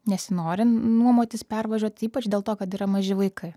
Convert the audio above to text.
nesinori nuomotis pervažiuot ypač dėl to kad yra maži vaikai